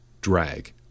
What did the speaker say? drag